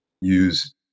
use